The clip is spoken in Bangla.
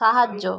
সাহায্য